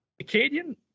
Acadian